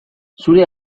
zure